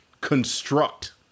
construct